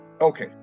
okay